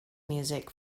music